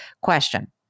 Question